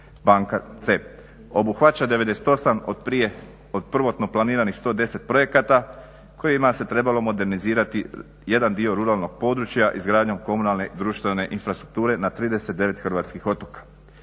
Banka CEB. Obuhvaća 98 od prvotno planiranih 110 projekata kojima se trebalo modernizirati jedan dio ruralnog područja izgradnjom komunalne društvene infrastrukture na 39 hrvatskih otoka.